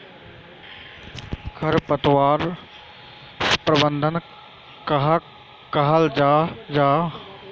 खरपतवार प्रबंधन कहाक कहाल जाहा जाहा?